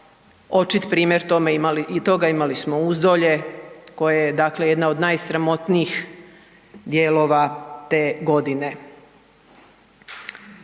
očit primjer toga, imali smo u Uzdolje, koja je dakle jedna od najsramotnijih dijelova te godine.